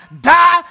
die